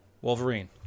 Wolverine